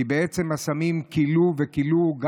כי בעצם הסמים כילו וכילו את